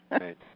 Right